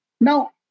Now